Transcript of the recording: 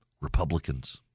Republicans